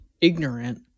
ignorant